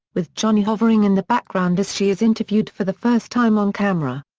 with johnny hovering in the background as she is interviewed for the first time on camera.